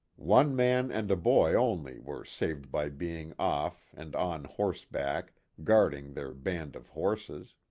one man and a boy only were saved by being off and on horseback guarding their band of horses.